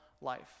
life